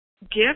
gift